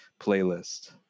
playlist